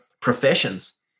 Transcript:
professions